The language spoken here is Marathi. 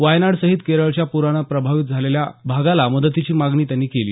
वायनाडसहित केरळच्या पुरानं प्रभावित झालेल्या भागाला मदतीची मागणी त्यांनी केली